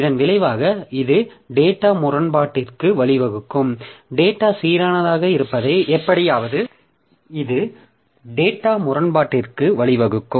இதன் விளைவாக இது டேட்டா முரண்பாட்டிற்கு வழிவகுக்கும்